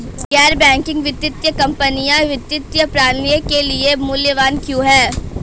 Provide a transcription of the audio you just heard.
गैर बैंकिंग वित्तीय कंपनियाँ वित्तीय प्रणाली के लिए मूल्यवान क्यों हैं?